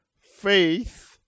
faith